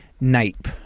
Nape